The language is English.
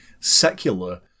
secular